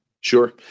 Sure